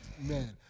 man